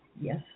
Yes